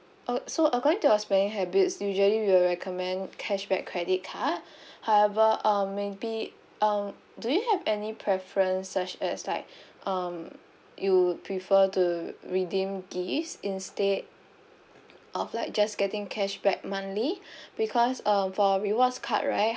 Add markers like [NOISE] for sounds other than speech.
uh so according to your spending habits usually we recommend cashback credit card [BREATH] however um maybe um do you have any preference such as like [BREATH] um you would prefer to redeem gifts instead of like just getting cashback monthly [BREATH] because um for rewards card right